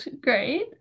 great